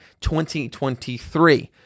2023